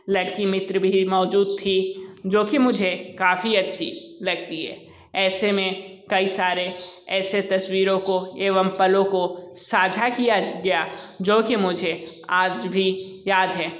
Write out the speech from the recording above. लड़की मित्र भी मौजूद थी जो कि मुझे काफ़ी अच्छी लगती है ऐसे में कई सारे ऐसी तस्वीरों को एवं पलों को साझा किया गया जो कि मुझे आज भी याद है